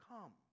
Come